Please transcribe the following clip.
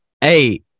Hey